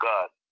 God